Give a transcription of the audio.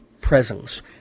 presence